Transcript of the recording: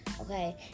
Okay